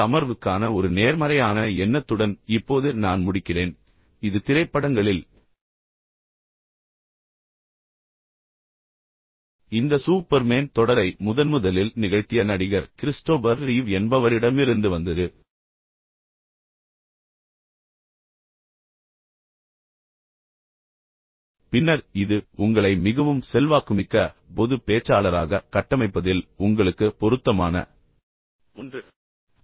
இந்த அமர்வுக்கான ஒரு நேர்மறையான எண்ணத்துடன் இப்போது நான் முடிக்கிறேன் இது திரைப்படங்களில் இந்த சூப்பர்மேன் தொடரை முதன்முதலில் நிகழ்த்திய நடிகர் கிறிஸ்டோபர் ரீவ் என்பவரிடமிருந்து வந்தது பின்னர் இது உங்களை மிகவும் செல்வாக்குமிக்க பொது பேச்சாளராக கட்டமைப்பதில் உங்களுக்கு பொருத்தமான ஒன்று